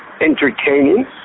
entertaining